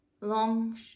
long